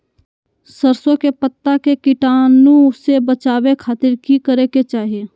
सरसों के पत्ता के कीटाणु से बचावे खातिर की करे के चाही?